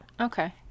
okay